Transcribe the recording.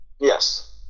Yes